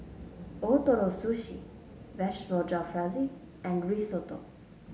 Ootoro Sushi Vegetable Jalfrezi and Risotto